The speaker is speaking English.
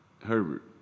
Herbert